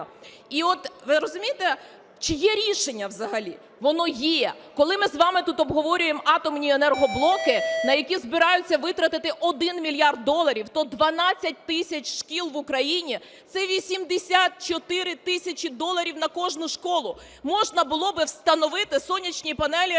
І от ви розумієте, чи є рішення взагалі? Воно є. Коли ми з вами тут обговорюємо атомні енергоблоки, на які збираються витратити 1 мільярд доларів, то 12 тисяч шкіл в Україні – це 84 тисячі доларів на кожну школу, можна було би встановити сонячні панелі,